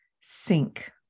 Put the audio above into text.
sink